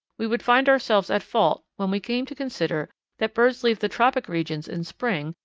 we would find ourselves at fault when we came to consider that birds leave the tropic regions in spring,